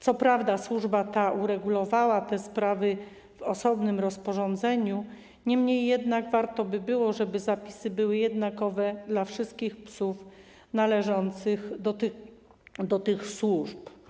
Co prawda służba ta uregulowała te sprawy w osobnym rozporządzeniu, niemniej jednak warto by było, żeby zapisy były jednakowe dla wszystkich psów należących do tych służb.